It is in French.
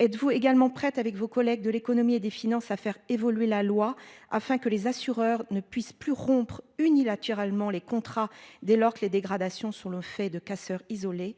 Êtes-vous également prête avec vos collègues de l'économie et des finances, à faire évoluer la loi afin que les assureurs ne puissent plus rompre unilatéralement les contrats dès lors que les dégradations sur le fait de casseurs isolés.